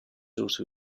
also